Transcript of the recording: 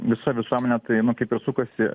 visa visuomenė tai nu kaip ir sukasi